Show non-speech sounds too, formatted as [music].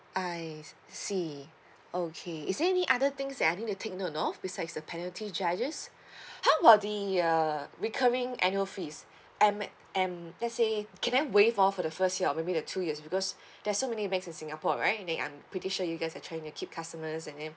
I see oh okay is there any other things that I need to take note of besides the penalty charges [breath] how about the uh recurring annual fees um let's say can I waive off for the first year or maybe like two years because there's so many banks in singapore right they um pretty sure you guys are trying to keep customers and then